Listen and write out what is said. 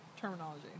terminology